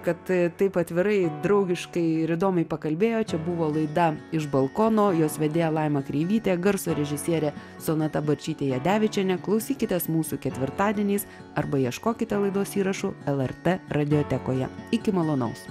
kad taip atvirai draugiškai ir įdomiai pakalbėjo čia buvo laida iš balkono jos vedėja laima kreivytė garso režisierė sonata bačytė jadevičienė klausykitės mūsų ketvirtadieniais arba ieškokite laidos įrašų lrt radiotekoje iki malonaus